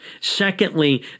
Secondly